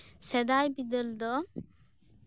ᱥᱮᱫᱟᱭ ᱵᱤᱫᱟᱹᱞ ᱫᱚ